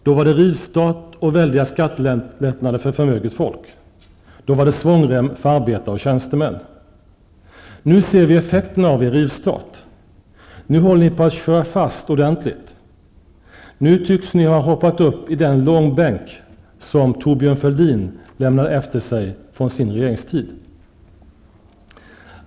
Då var det rivstart och väldiga skattelättnader för förmöget folk, då var det svångrem för arbetare och tjänstemän. Nu ser vi effekterna av er rivstart. Nu håller ni på att köra fast ordentligt. Nu tycks ni ha hoppat upp i den långbänk som Thorbjörn Fälldin lämnade efter sig efter sin regeringstid.